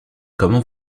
comment